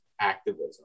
activism